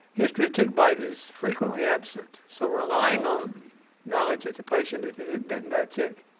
history of tick bite is frequently absent, so relying on knowledge that the patient had been bitten by a tick